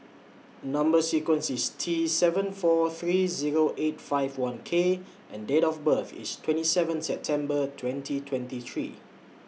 Number sequence IS T seven four three Zero eight five one K and Date of birth IS twenty seven September twenty twenty three